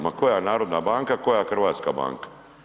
Ma koja Narodna banka koja Hrvatska banka.